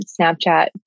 Snapchat